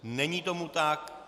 Není tomu tak.